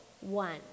one